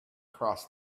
crossed